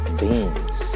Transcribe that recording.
beans